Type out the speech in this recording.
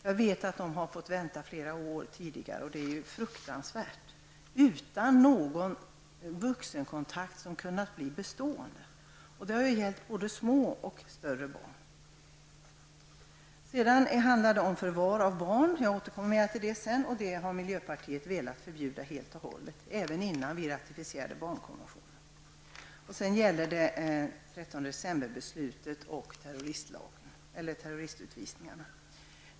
Jag vet att de tidigare har fått vänta i flera år, vilket är fruktansvärt. De har inte haft någon vuxenkontakt som har kunnat bli bestående. Det har gällt både små och större barn. Sedan handlar det om förvarstagande av barn, vilket jag skall återkomma till senare. Miljöpartiet har velat förbjuda det helt och hållet, även innan Därefter tas beslutet från den 13 december och terroristutvisningarna upp.